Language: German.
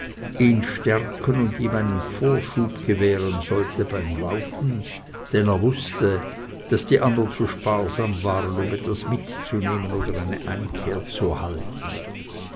ihn stärken und ihm einen vorschub gewähren sollte beim laufen denn er wußte daß die andern zu sparsam waren um etwas mitzunehmen oder eine einkehr zu halten